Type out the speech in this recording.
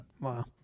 Wow